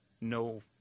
no